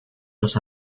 los